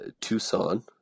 Tucson